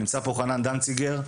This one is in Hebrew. נמצא פה חנן דנציגר.